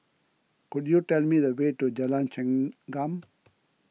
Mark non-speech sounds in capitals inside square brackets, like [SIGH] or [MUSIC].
could you tell me the way to Jalan [HESITATION] Chengam